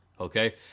okay